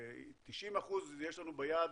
90% יש לנו ביד